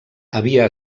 havia